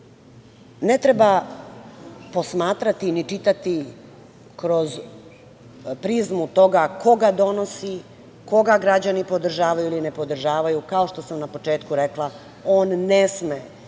ne treba posmatrati, ni čitati kroz prizmu toga ko ga donosi, koga građani podržavaju ili ne podržavaju. Kao što sam na početku rekla, on ne sme